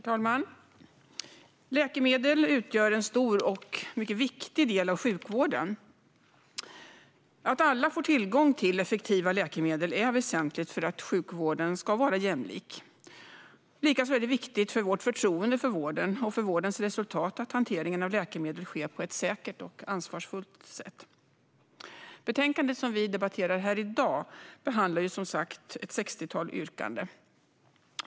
Herr talman! Läkemedel utgör en stor och mycket viktig del av sjukvården. Att alla får tillgång till effektiva läkemedel är väsentligt för att sjukvården ska vara jämlik. Likaså är det viktigt för vårt förtroende för vården och för vårdens resultat att hanteringen av läkemedel sker på ett säkert och ansvarsfullt sätt. Betänkandet som vi debatterar här i dag behandlar som sagt ett sextiotal yrkanden.